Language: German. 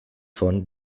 von